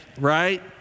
right